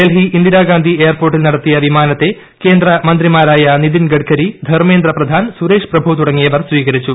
ഡൽഹി ഇന്ദിരാഗാന്ധി എയ്ർപോർട്ടിൽ എത്തിയ വിമാനത്തെ കേന്ദ്ര മന്ത്രിമാരായ നിതിൻഗഡ്കരി ധർമ്മേന്ദ്ര പ്രധാൻ സുരേഷ് പ്രഭു തുടങ്ങിയവർ സ്വീകരിച്ചു